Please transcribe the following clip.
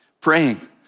praying